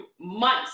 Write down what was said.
months